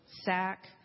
sack